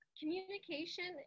communication